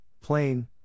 plain